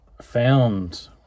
found